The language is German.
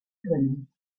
können